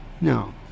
No